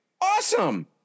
awesome